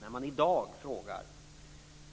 När man i dag frågar